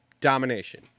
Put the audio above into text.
domination